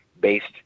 based